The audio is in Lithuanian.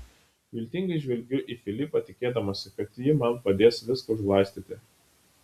viltingai žvelgiu į filipą tikėdamasi kad ji man padės viską užglaistyti